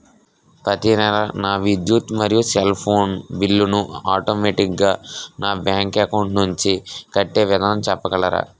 ప్రతి నెల నా విద్యుత్ మరియు సెల్ ఫోన్ బిల్లు ను ఆటోమేటిక్ గా నా బ్యాంక్ అకౌంట్ నుంచి కట్టే విధానం చెప్పగలరా?